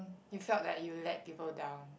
you felt like you let people down